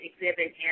exhibit